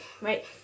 right